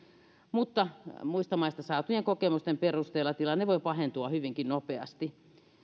mutta muista maista saatujen kokemusten perusteella tilanne voi pahentua hyvinkin nopeasti